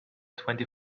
twenty